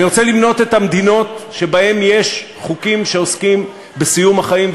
אני רוצה למנות את המדינות שבהן יש חוקים שעוסקים בסיום החיים,